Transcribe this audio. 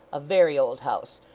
a very old house,